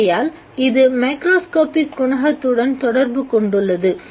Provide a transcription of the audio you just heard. ஆகையால் இது மேக்ரோஸ்கோப்பிக் குணகத்துடன் தொடர்பு கொண்டுள்ளது